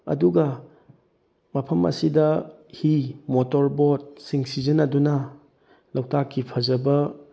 ꯑꯗꯨꯒ ꯃꯐꯝ ꯑꯁꯤꯗ ꯍꯤ ꯃꯣꯇꯣꯔꯕꯣꯠ ꯁꯤꯡ ꯁꯤꯖꯤꯟꯅꯗꯨꯅ ꯂꯣꯛꯇꯥꯛꯀꯤ ꯐꯖꯕ